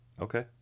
Okay